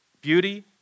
Beauty